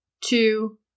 two